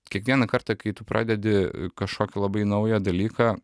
kiekvieną kartą kai tu pradedi kažkokį labai naują dalyką